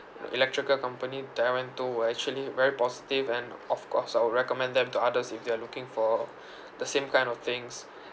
electrical company that I went to were actually very positive and of course I would recommend them to others if they are looking for the same kind of things